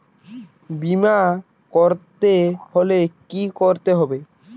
বিমা করতে হলে কি করতে হবে?